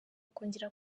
kongera